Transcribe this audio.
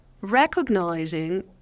Recognizing